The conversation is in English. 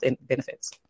benefits